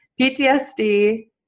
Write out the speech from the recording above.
PTSD